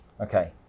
Okay